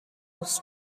улс